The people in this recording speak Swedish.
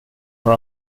har